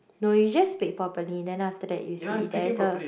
no you just speak properly then after that you see it there is a